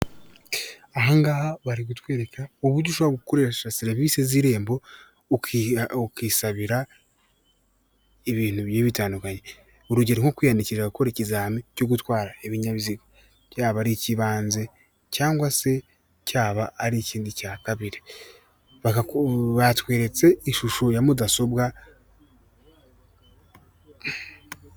Aha ngaha bari kutwereka uburyo ushobora gukoresha serivisi z'Irembo ukisabira ibintu bitandukanye urugero nko kwiyandikisha gukora ikizami cyo gutwara ibinyabiziga cyaba ar'icy'ibanze cyangwa se cyaba ari ikindi cya kabiri, batweretse ishusho ya mudasobwa.